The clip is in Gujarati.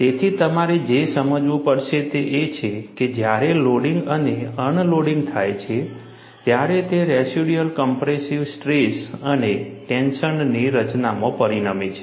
તેથી તમારે જે સમજવું પડશે તે એ છે કે જ્યારે લોડિંગ અને અનલોડિંગ થાય છે ત્યારે તે રેસિડ્યુઅલ કોમ્પ્રેસિવ સ્ટ્રેસ અને ટેન્શનની રચનામાં પરિણમે છે